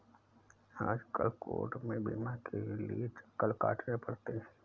आजकल कोर्ट में बीमा के लिये चक्कर काटने पड़ते हैं